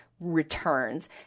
returns